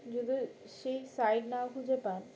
যদি সেই সাইট না খুঁজে পান